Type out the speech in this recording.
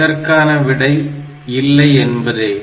இதற்கான விடை இல்லை என்பதே